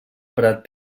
prat